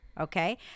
Okay